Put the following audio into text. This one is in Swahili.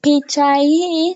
Picha hii